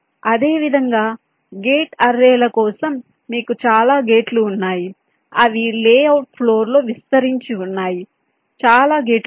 అదేవిధంగా గేట్ అర్రేల కోసం మీకు చాలా గేట్లు ఉన్నాయి ఇవి లేఅవుట్ ఫ్లోర్ లో విస్తరించి ఉన్నాయి చాలా గేట్లు ఉన్నాయి